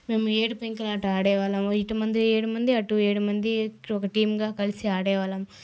మేము ఏడు పెంకులాట ఆడే వాళ్ళము ఇటు మంది ఏడు మంది అటు ఏడు మంది ఒక టీంగా కలిసి ఆడేవాళ్ళం